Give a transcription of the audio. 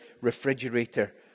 refrigerator